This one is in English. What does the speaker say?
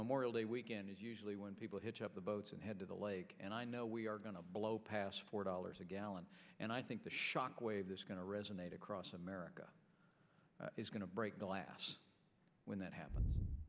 memorial day weekend is usually when people hitch up the boats and head to the lake and i know we are going to blow past four dollars a gallon and i think the shock wave this going to resonate across america is going to break the last when that happen